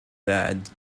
that